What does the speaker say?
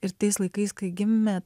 ir tais laikais kai gimė